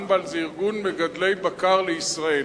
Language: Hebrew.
אמב"ל זה ארגון מגדלי בקר לישראל.